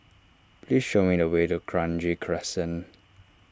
please show me the way to Kranji Crescent